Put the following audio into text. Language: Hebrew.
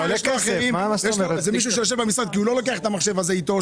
זה מישהו שיושב במשרד כי הוא לא לוקח את המחשב איתו.